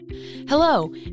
Hello